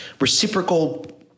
reciprocal